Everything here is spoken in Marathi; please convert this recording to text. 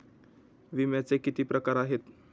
विम्याचे किती प्रकार आहेत?